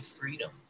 freedom